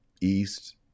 east